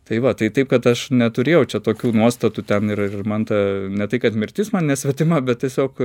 tai va tai taip kad aš neturėjau čia tokių nuostatų ten ir ir man ta ne tai kad mirtis man nesvetima bet tiesiog